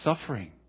Suffering